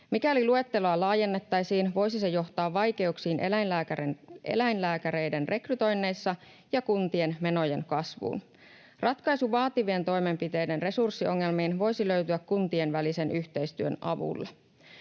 Mikäli luetteloa laajennettaisiin, voisi se johtaa vaikeuksiin eläinlääkäreiden rekrytoinneissa ja kuntien menojen kasvuun. Ratkaisu vaativien toimenpiteiden resurssiongelmiin voisi löytyä kuntien välisen yhteistyön avulla.